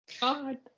God